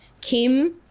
Kim